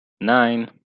nine